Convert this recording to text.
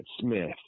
Smith